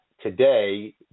today